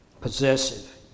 possessive